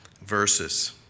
verses